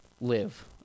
live